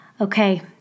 Okay